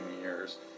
years